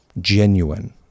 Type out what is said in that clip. genuine